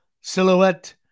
Silhouette